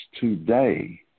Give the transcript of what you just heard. today